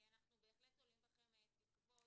אנחנו בהחלט תולים בכם תקוות.